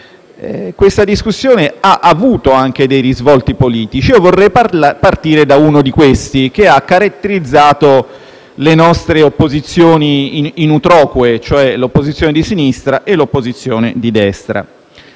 questa discussione ha avuto anche dei risvolti politici. Vorrei partire da uno di questi, che ha caratterizzato le nostre opposizioni *in utroque*, cioè l'opposizione di sinistra e l'opposizione di destra.